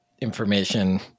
information